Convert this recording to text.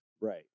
Right